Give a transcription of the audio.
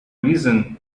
reason